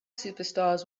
superstars